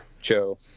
Joe